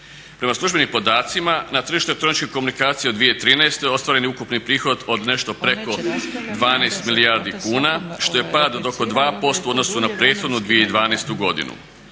Prema službenim podacima na tržište elektroničkih komunikacija u 2013. ostvaren je ukupni prihod od nešto preko 12 milijardi kuna što je pad od oko 2% u odnosu na prethodnu 2012. godinu.